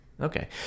Okay